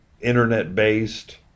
Internet-based